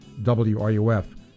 wruf